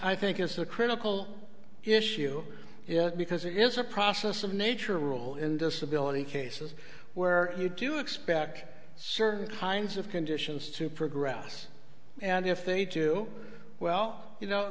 i think it's a critical issue because it is a process of nature rule in disability cases where you do expect certain kinds of conditions to progress and if they do well you know